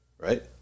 right